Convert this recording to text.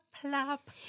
plop